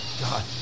God